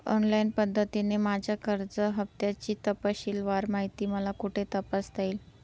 Online पद्धतीने माझ्या कर्ज हफ्त्याची तपशीलवार माहिती मला कुठे तपासता येईल?